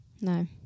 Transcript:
No